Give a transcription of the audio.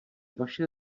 vaše